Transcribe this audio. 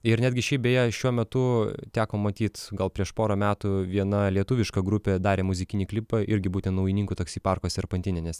ir netgi šiaip beje šiuo metu teko matyt gal prieš porą metų viena lietuviška grupė darė muzikinį klipą irgi naujininkų taksi parko serpantine nes